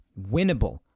winnable